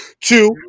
two